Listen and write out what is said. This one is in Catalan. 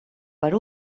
per